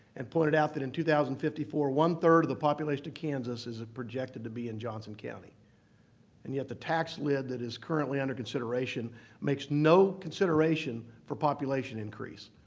and pointed out that in two thousand and fifty four, one-third of the population of kansas is ah projected to be in johnson county and yet the tax lid that is currently under consideration makes no consideration for population increase.